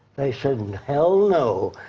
they said and hell no!